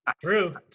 True